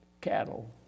cattle